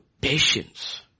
patience